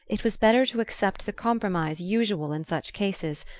it was better to accept the compromise usual in such cases,